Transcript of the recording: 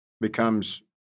becomes